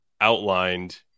outlined